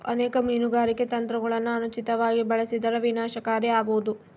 ಅನೇಕ ಮೀನುಗಾರಿಕೆ ತಂತ್ರಗುಳನ ಅನುಚಿತವಾಗಿ ಬಳಸಿದರ ವಿನಾಶಕಾರಿ ಆಬೋದು